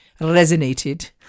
resonated